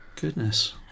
Goodness